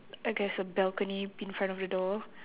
I guess a balcony in front of the door